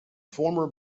former